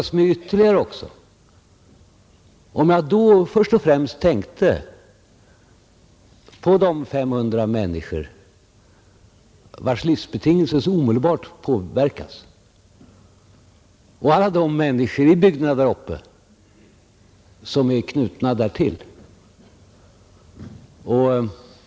Det må också förlåtas mig om jag då först och främst tänkte på de 500 människor, vilkas livsbetingelser så omedelbart påverkas av vårt beslut, och på alla de människor i bygderna där uppe som i övrigt är knutna till projektet.